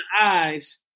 eyes